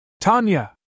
Tanya